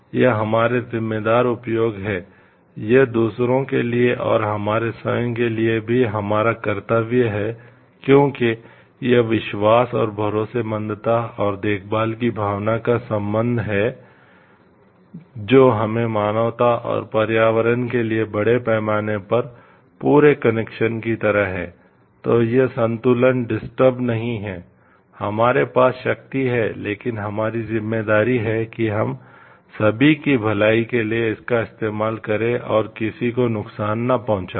यह हमारा जिम्मेदार उपयोग है यह दूसरों के लिए और हमारे स्वयं के लिए भी हमारा कर्तव्य है क्योंकि यह विश्वास और भरोसेमंदता और देखभाल की भावना का संबंध है जो हमें मानवता और पर्यावरण के लिए बड़े पैमाने पर पूरे कनेक्शन नहीं है हमारे पास शक्ति है लेकिन हमारी जिम्मेदारी है कि हम सभी की भलाई के लिए इसका इस्तेमाल करें और किसी को नुकसान न पहुंचाएं